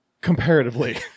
Comparatively